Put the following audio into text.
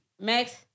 Max